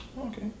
Okay